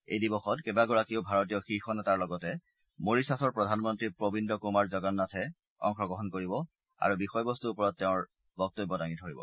এই দিৱসত কেইবাগৰাকীও ভাৰতীয় শীৰ্ষ নেতাৰ লগতে মৰিছাছৰ প্ৰধানমন্ত্ৰী প্ৰবিন্দ্ৰ কুমাৰ জগন্নাথে এই দিৱসত অংশগ্ৰহণ কৰিব আৰু বিষয়বস্তুৰ ওপৰত তেওঁৰ বক্তব্য দাঙি ধৰিব